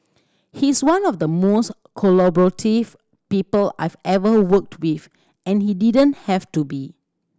he's one of the most collaborative people I've ever worked with and he didn't have to be